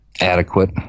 adequate